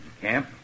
camp